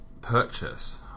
purchase